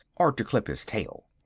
or to clip his tail.